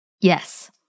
yes